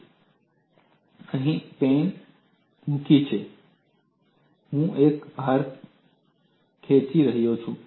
મેં અહીં એક પિન મૂકી છે અને હું એક ભાર ખેંચી રહ્યો છું